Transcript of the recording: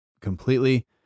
completely